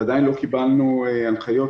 ועדיין לא קיבלנו הנחיות.